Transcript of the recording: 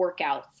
workouts